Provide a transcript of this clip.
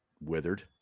withered